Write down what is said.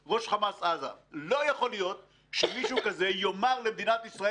כדי שלא יפגע להם בכינוס.